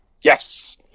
Yes